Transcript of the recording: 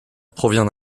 provient